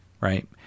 right